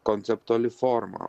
konceptuali forma